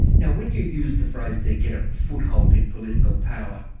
now, when you use the phrase they get a foothold in political power,